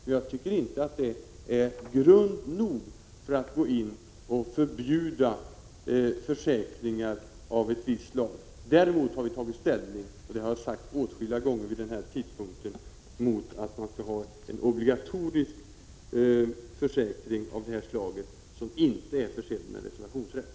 Men jag tycker inte detta är skäl nog för att gå in och förbjuda försäkringar av ett visst slag. Däremot har vi, som jag nu har framfört åtskilliga gånger, tagit ställning mot sådana obligatoriska försäkringar av det här slaget som inte är försedda med reservationsrätt.